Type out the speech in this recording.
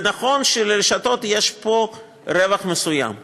זה נכון שלרשתות יש פה רווח מסוים,